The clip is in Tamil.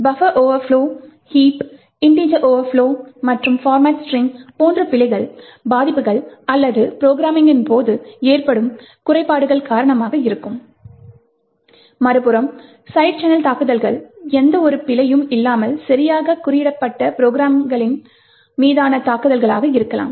buffer overflow heaps integer overflow மற்றும் போர்மட் ஸ்ட்ரிங் போன்ற பிழைகள் பாதிப்புகள் அல்லது ப்ரோக்ராம்மிங்கின் போது ஏற்படும் குறைபாடுகள் காரணமாக இருக்கும் மறுபுறம் சைட் சேனல் தாக்குதல்கள் எந்தவொரு பிழையும் இல்லாமல் சரியாக குறியிடப்பட்ட ப்ரோக்ராம்களின் மீதான தாக்குதல்களாக இருக்கலாம்